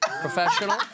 professional